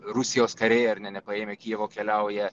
rusijos kariai ar ne nepaėmę kijevo keliauja